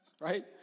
Right